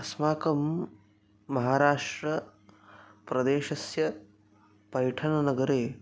अस्माकं महाराष्ट्रप्रदेशस्य पैठणनगरे